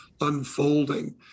unfolding